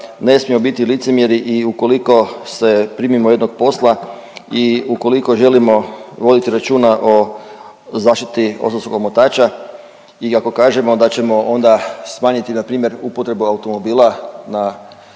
ne smijemo biti licemjeri i ukoliko se primimo jednog posla i ukoliko želimo voditi računa o zaštiti ozonskog omotača i ako kažemo da ćemo onda smanjiti npr. upotrebu automobila na